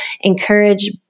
Encourage